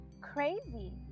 crazy